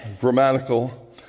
grammatical